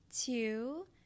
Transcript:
two